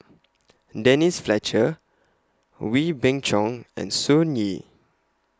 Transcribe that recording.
Denise Fletcher Wee Beng Chong and Sun Yee